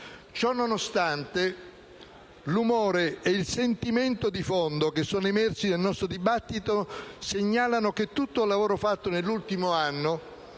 Ciò nonostante, l'umore e il sentimento di fondo emersi nel nostro dibattito segnalano che tutto il lavoro fatto nell'ultimo anno,